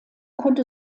konnte